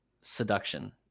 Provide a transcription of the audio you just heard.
seduction